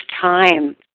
time